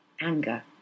anger